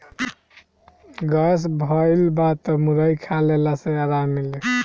gas भइल बा तअ मुरई खा लेहला से आराम मिली